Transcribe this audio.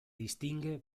distingue